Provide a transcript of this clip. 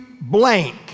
blank